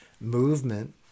movement